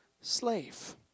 slave